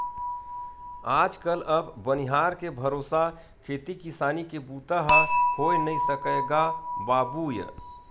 आज कल अब बनिहार के भरोसा खेती किसानी के बूता ह होय नइ सकय गा बाबूय